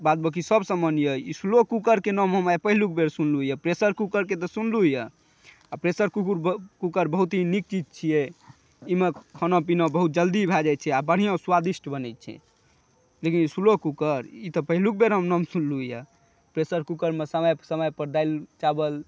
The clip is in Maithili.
बादबाँकी सब सामान यऽ ई स्लो कुकर के नाम हम आइ पहिलुक बेर सुनलहुॅं यऽ प्रेशर कुकर के तऽ सुनलहुॅं यऽ प्रेशर कुकर बहुत नीक चीज छियै ईमे खाना पीना बहुत जल्दी भए जाइ छै आ बढ़िऑं स्वदिष्ट बनै छै लेकिन ई स्लो कुकर ई तऽ पहिलुक बेर हम नाम सुनलहुॅं यऽ प्रेशर कुकर मे समय समय पर दालि चावल